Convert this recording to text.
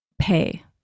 pay